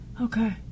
Okay